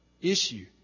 issue